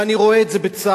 ואני רואה את זה בצער,